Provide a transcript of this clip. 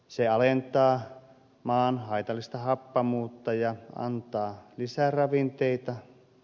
se alentaa maan haitallista happamuutta ja antaa lisäravinteita